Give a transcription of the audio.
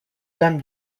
dame